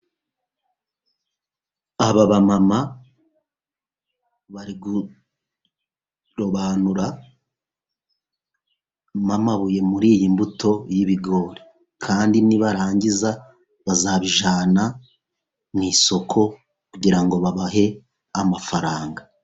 Aba bamama bari kurobanuramo amabuye muri iyi mbuto y'ibigori. Kandi nibarangiza bazabijyana mu isoko, kugira ngo babahe amafaranga.